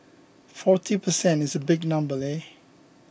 forty per cent is a big number leh